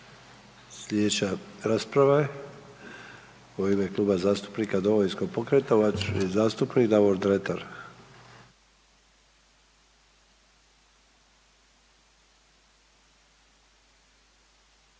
Sljedeća rasprava je u ime Kluba zastupnika Domovinskog pokreta uvaženi zastupnik Davor Dretar.